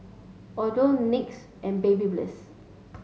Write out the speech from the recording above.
Odlo NYX and Babyliss